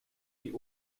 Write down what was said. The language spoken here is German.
die